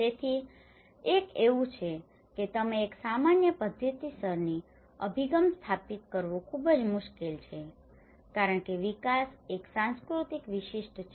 તેથી એક એવું છે કે તમે એક સામાન્ય પદ્ધતિસરની અભિગમ સ્થાપિત કરવો ખૂબ જ મુશ્કેલ છે કારણ કે વિકાસ એક સંસ્કૃતિ વિશિષ્ટ છે